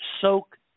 soak